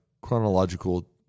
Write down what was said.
chronological